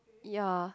ya